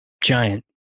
giant